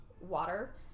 water